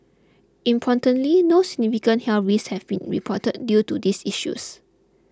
importantly no significant health risks have been reported due to these issues